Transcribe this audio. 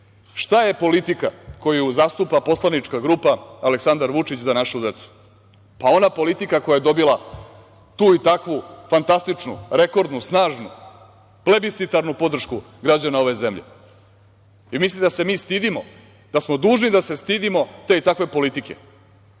Šta je politika koju zastupa poslanička grupa Aleksandar Vučić – Za našu decu. Pa, ona politika koja je dobila tu i takvu fantastičnu, rekordnu, snažnu, plebiscitarnu podršku građana ove zemlje i mislite da se mi stidimo, da smo dužni da se stidimo te i takve politike.